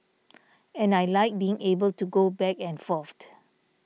and I like being able to go back and forth